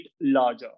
larger